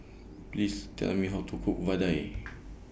Please Tell Me How to Cook Vadai